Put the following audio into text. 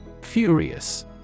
Furious